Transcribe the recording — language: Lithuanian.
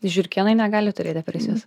žiurkėnai negali turėt depresijos